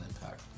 Impact